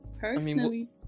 personally